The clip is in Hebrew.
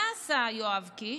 מה עשה יואב קיש?